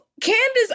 Candace